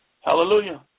Hallelujah